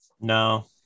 No